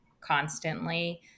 constantly